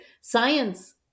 science